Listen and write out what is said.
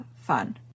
fun